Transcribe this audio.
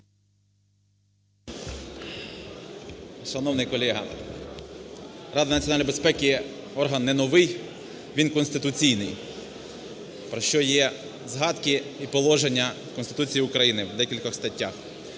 Шановний колега, Рада національної безпеки – орган не новий, він конституційний, про що є згадки і положення в Конституції України в декількох статтях.